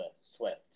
Swift